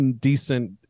decent –